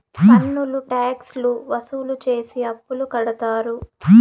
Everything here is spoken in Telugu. పన్నులు ట్యాక్స్ లు వసూలు చేసి అప్పులు కడతారు